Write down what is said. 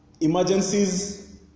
emergencies